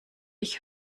ich